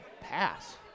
pass